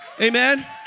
Amen